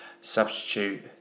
substitute